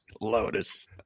Lotus